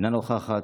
אינה נוכחת,